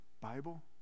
Bible